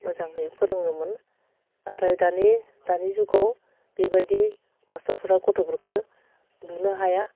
मोजांहै फोरोङोमोन नाथाय दानि दानि जुगाव बेबायदि मास्टरफ्रा गथ'फोरखौ बुनो हाया